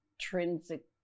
intrinsic